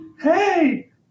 Hey